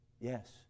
Yes